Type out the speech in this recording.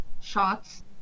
shots